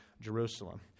Jerusalem